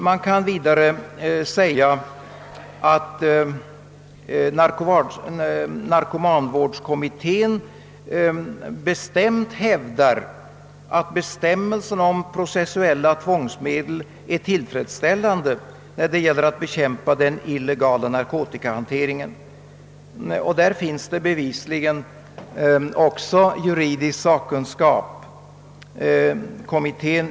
Man kan vidare säga att narkomanvårdskommittén bestämt hävdar, att bestämmelserna om processuella tvångsmedel är tillfredsställande när det gäller att bekämpa den illegala narkotikahanteringen. I - kommittén finns bevisligen också juridisk sakkunskap.